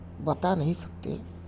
بتا نہیں سکتے